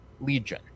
legion